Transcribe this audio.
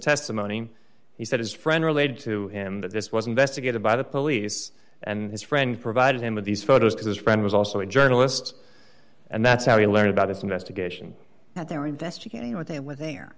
testimony he said his friend relayed to him that this was investigated by the police and his friend provided him with these photos because friend was also a journalist and that's how he learned about his investigation that they're investigating what they went there